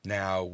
now